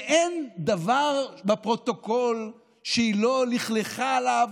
שאין דבר בפרוטוקול שהיא לא לכלכה עליו,